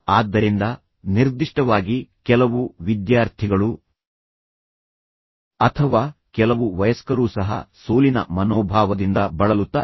ಆದ್ದರಿಂದ ನಿರ್ದಿಷ್ಟವಾಗಿ ಕೆಲವು ವಿದ್ಯಾರ್ಥಿಗಳು ಅಥವಾ ಕೆಲವು ವಯಸ್ಕರೂ ಸಹ ಸೋಲಿನ ಮನೋಭಾವದಿಂದ ಬಳಲುತ್ತಾರೆ